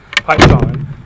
Python